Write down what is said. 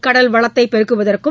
கடல் வளத்தை பெருக்குவதற்கும்